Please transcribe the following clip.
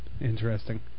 interesting